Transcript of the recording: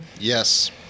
Yes